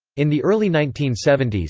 in the early nineteen seventy s,